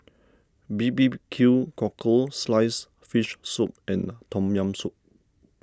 B B Q Cockle Sliced Fish Soup and Tom Yam Soup